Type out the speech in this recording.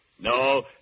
No